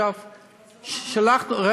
אבל זאת לא פעם ראשונה, כבוד השר.